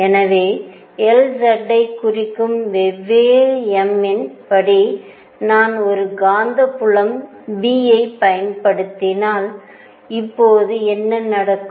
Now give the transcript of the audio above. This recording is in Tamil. எனவே Lz ஐக் குறிக்கும் வெவ்வேறு m இன் படி நான் ஒரு காந்தப்புலம் B ஐப் பயன்படுத்தினால் பயன்படுத்தினால் இப்போது என்ன நடக்கும்